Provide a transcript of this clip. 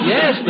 Yes